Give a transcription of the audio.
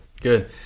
good